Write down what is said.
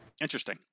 Interesting